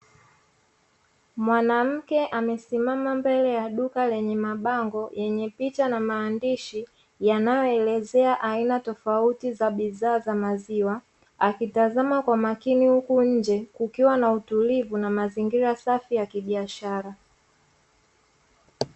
Mwanamke amesimama mbele ya duka lenye mabango yenye picha na maandishi, yanayo elezea aina tofauti za bidhaa za maziwa. Akitizama kwa umakini huku nje, kukiwa na utulivu na mazingira ya safi ya kibiashara.